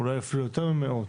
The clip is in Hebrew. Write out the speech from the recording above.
אולי אפילו יותר ממאות,